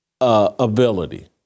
ability